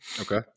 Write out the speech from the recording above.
Okay